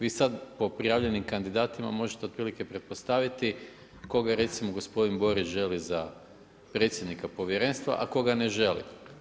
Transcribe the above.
Vi sad po prijavljenim kandidatima možete otprilike pretpostaviti koga recimo gospodin Borić želi za predsjednika povjerenstva a koga ne želi.